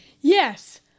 Yes